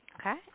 Okay